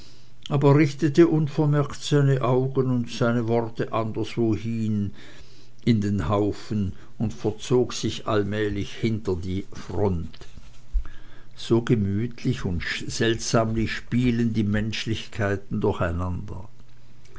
aber richtete unvermerkt seine augen und seine worte anderswohin in den haufen und verzog sich allmählich hinter die front so gemütlich und seltsamlich spielen die menschlichkeiten durcheinander